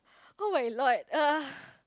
oh my lord uh